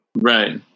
Right